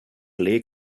lay